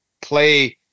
play